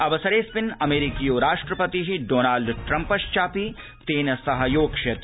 अवसरेऽस्मिन् अमेरिकीयो राष्ट्रपतिः डोनाल्ड ट्रम्पश्चापि तेन सहयोक्ष्यति